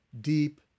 deep